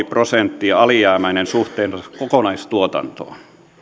prosenttia alijäämäinen suhteessa kokonaistuotantoon